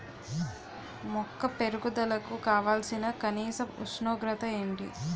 మొక్క పెరుగుదలకు కావాల్సిన కనీస ఉష్ణోగ్రత ఎంత?